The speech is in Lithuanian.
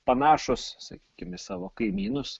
panašūs sakykim į savo kaimynus